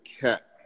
Cat